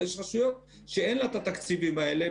אבל יש רשויות שאין להן את התקציבים האלה,